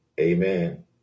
Amen